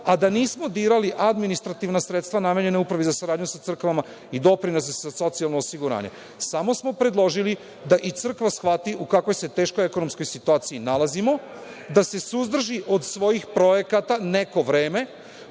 a da nismo dirali administrativna sredstva namenjena Upravi za saradnju sa crkvama i doprinose za socijalno osiguranje. Samo smo predložili da i crkva shvati u kako se teškoj ekonomskoj situaciji nalazimo, da se suzdrži od svojih projekata neko vreme,